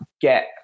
get